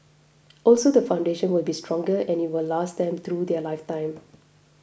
also the foundation will be stronger and it will last them through their lifetime